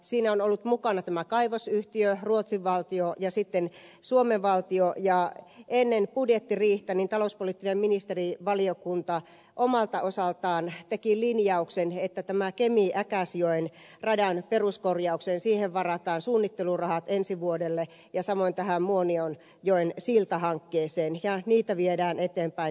siinä ovat olleet mukana kaivosyhtiö ruotsin valtio ja suomen valtio ja ennen budjettiriihtä talouspoliittinen ministerivaliokunta omalta osaltaan teki linjauksen että keminäkäsjoen radan peruskorjaukseen varataan suunnittelurahat ensi vuodelle samoin tähän muonionjoen siltahankkeeseen ja niitä viedään eteenpäin